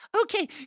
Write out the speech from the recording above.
Okay